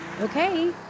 Okay